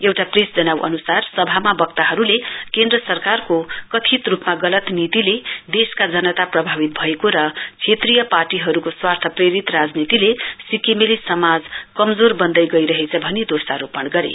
एउटा प्रेस जनाउ अन्सार वक्ताहरुले केन्द्रे सरकारको कथित गलत नीतिले देशका जनता प्रभावित भएको र क्षेत्रीय पार्टीहरुको स्वार्थ प्रेरित राजनीतिले सिक्किमेली समाज कमजोर वन्दै गइरहेछ भनी दोषारोपन गरे